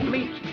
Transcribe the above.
Meet